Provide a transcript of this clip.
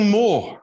more